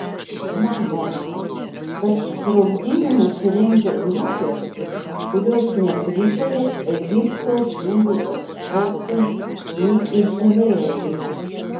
manoma kad sprogdinimus rengia grupės kurios nepritaria egipto dujų eksportui į izraelį